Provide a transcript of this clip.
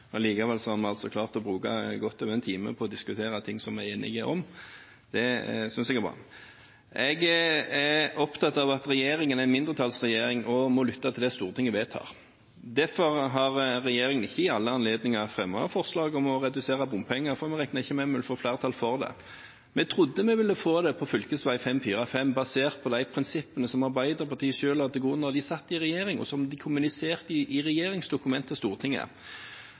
ett. Likevel har vi altså klart å bruke godt over en time på å diskutere ting som vi er enige om. Det synes jeg er bra. Jeg er opptatt av at regjeringen er en mindretallsregjering og må lytte til det Stortinget vedtar. Derfor har regjeringen ikke ved alle anledninger fremmet forslag om å redusere bompenger – vi regnet ikke med at vi ville få flertall for det. Vi trodde vi ville få det på fv. 545, basert på de prinsippene som Arbeiderpartiet selv la til grunn da de satt i regjering, og som de kommuniserte i regjeringsdokument til Stortinget.